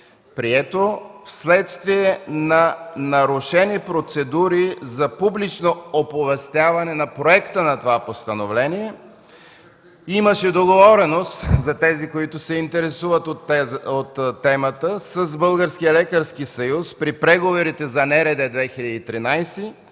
прието, вследствие на нарушени процедури за публично оповестяване на проекта на това постановление. Имаше договореност за тези, които се интересуват от темата, с Българския лекарски съюз при преговорите за Националния